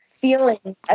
feeling